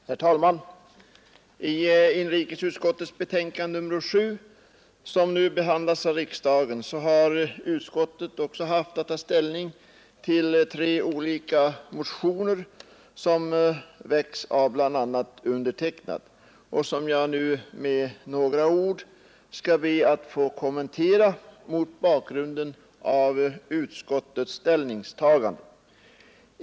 Herr talman! I inrikesutskottets betänkande nr 7, som nu behandlas av riksdagen, har utskottet också haft att ta ställning till tre olika motioner, som väckts av bl.a. mig och som jag nu med några ord skall be att få kommentera mot bakgrunden av utskottets ställningstagande.